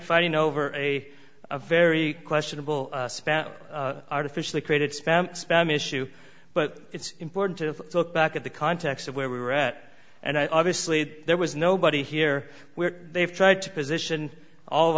fighting over a very questionable spam artificially created spam spam issue but it's important to look back at the context of where we were at and i obviously there was nobody here where they've tried to position all of